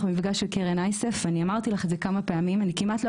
במפגש הראשון לקרן אייסף ואני אמרתי לך את זה כמה פעמים,